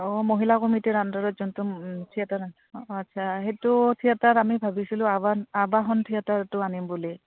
অঁ মহিলা কমিটিৰ আণ্ডাৰত যোনটো থিয়েটাৰ আ অঁ আচ্ছা সেইটো থিয়েটাৰ আমি ভাবিছিলোঁ আৱাহন থিয়েটাৰটো আনিম বুলি